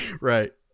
Right